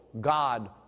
God